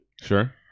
Sure